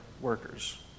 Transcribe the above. workers